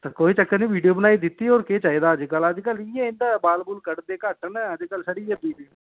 ते कोई चक्कर नी वीडियो बनाई दित्ती होर के चाहिदा अज्जकल होर केह् चाहिदा अज्ज्कल इ'यै इ'न्दा बाल बूल कटदे घट्ट न अज्जकल छड़ी इ'यै विडियो